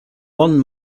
one